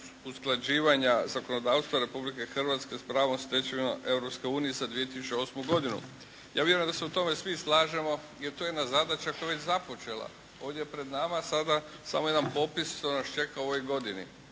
usklađivanja zakonodavstva Republike Hrvatske s pravnom stečevinom Europske unije za 2008. godinu. Ja vjerujem da se u tome svi slažemo jer to je i jedna zadaća koja je već započela. Ovdje je pred nama sada samo jedan popis što nas čeka u ovoj godini.